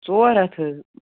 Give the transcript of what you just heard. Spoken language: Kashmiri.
ژور ہَتھ حظ